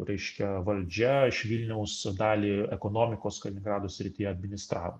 raiškia valdžia iš vilniaus dalį ekonomikos kaliningrado srityje administravo